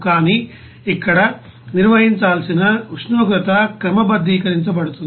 కానీ ఇక్కడ నిర్వహించాల్సిన ఉష్ణోగ్రత క్రమబద్ధీకరించబడుతుంది